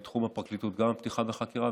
הרבה מקומות עם מתיחות גבוהה בכל מדינת ישראל,